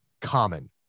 common